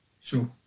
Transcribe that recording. sure